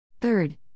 Third